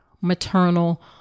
maternal